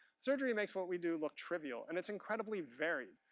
surgery makes what we do look trivial. and it's incredibly varied.